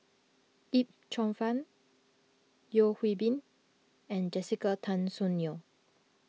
Yip Cheong Fun Yeo Hwee Bin and Jessica Tan Soon Neo